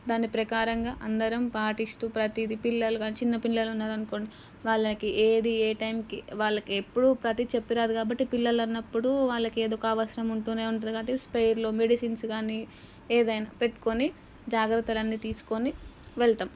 దాని ప్రకారంగా అందరం పాటిస్తూ ప్రతిదీ పిల్లలు గానీ చిన్న పిల్లలు ఉన్నారనుకోండి వాళ్ళకి ఏది ఏ టైమ్కి వాళ్ళకి ఎప్పుడు ప్రతీది చెప్పి రాదు కాబట్టి పిల్లలన్నపుడు వాళ్ళకి ఏదోక అవసరం ఉంటూనే ఉంటుంది కాబట్టి స్పేర్లో మెడిసిన్స్ గానీ ఏదైనా పెట్టుకొని జాగ్రత్తలన్నీ తీసుకొని వెళతాం